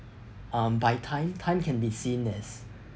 um by time time can be seen as